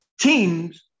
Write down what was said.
teams